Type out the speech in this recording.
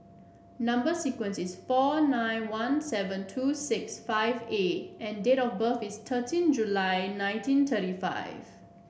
number sequence is four nine one seven two six five A and date of birth is thirteen July nineteen thirty five